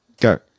Go